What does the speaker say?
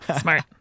Smart